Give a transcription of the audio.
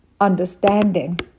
understanding